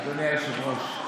אדוני היושב-ראש,